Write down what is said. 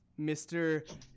Mr